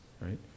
right